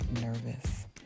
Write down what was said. nervous